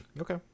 Okay